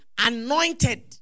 anointed